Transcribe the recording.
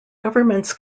governments